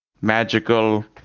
magical